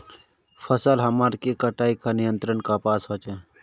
फसल हमार के कटाई का नियंत्रण कपास होचे?